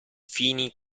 fini